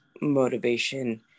motivation